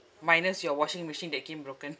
minus your washing machine that came broken